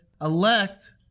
elect